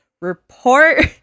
report